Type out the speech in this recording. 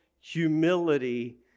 humility